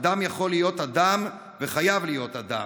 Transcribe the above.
אדם יכול להיות אדם וחייב להיות אדם.